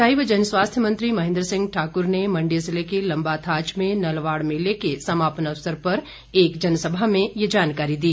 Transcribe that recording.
सिंचाई व जनस्वास्थ्य मंत्री महेन्द्र सिंह ठाक्र ने मंडी जिले के लम्बाथाच में नलवाड़ मेले के समापन अवसर पर एक जनसभा में ये जानकारी दी